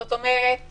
זאת אומרת